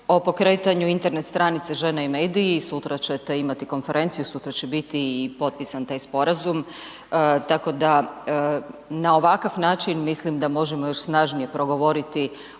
o pokretanju Internet stranice žena i mediji, sutra ćete imati konferenciju, sutra će biti i potpisan taj sporazum tako da na ovakav način mislim da možemo još snažnije progovoriti